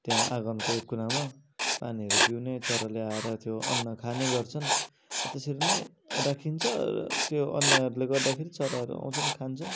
त्यहाँ आँगनको एक कुनामा पानीहरू पिउने चराले आएर त्यो अन्न खाने गर्छन् त्यसरी नै राखिन्छ त्यो अन्नहरूले गर्दाखेरि चराहरू आउँछन् खान्छन्